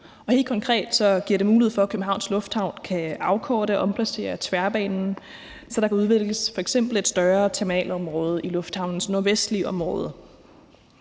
Helt konkret giver det mulighed for, at Københavns Lufthavn kan afkorte og omplacere tværbanen, så der kan udvikles f.eks. et større terminalområde i lufthavnens nordvestlige område.